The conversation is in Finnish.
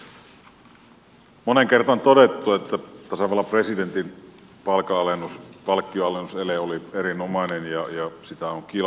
moneen kertaan on todettu että tasavallan presidentin palkkionalennusele oli erinomainen ja sitä on kilvan täällä kehuttu